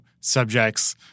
subjects